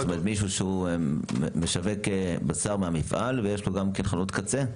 מישהו שמשווק בשר מהמפעל ויש לו גם חנות קצה?